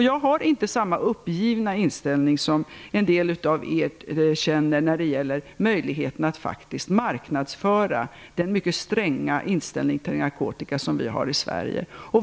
Jag har inte samma uppgivna inställning som en del av er har när det gäller möjligheterna att faktiskt marknadsföra den mycket stränga inställningen till narkotika som vi har i Sverige.